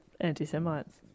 Anti-Semites